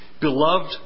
beloved